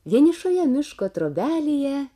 vienišoje miško trobelėje